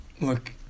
Look